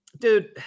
dude